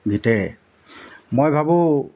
গীতেৰে মই ভাবোঁ